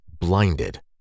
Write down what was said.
blinded